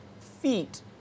feet